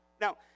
Now